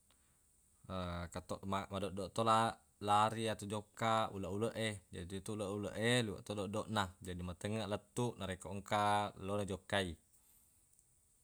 engka to ma- madoddo to la- lari atau jokka uleq-uleq e jadi yetu uleq-uleq e liweq to doddona jadi matengngeq lettuq narekko engka lo najokkai.